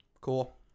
Cool